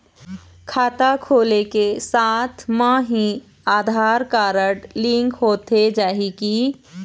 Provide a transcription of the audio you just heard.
खाता खोले के साथ म ही आधार कारड लिंक होथे जाही की?